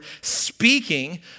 speaking